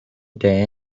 day